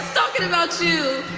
talking about you.